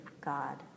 God